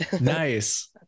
Nice